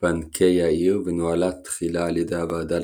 בנקי העיר ונוהלה תחילה על ידי הוועדה